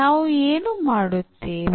ನಾವು ಏನು ಮಾಡುತ್ತೇವೆ